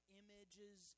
images